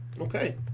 okay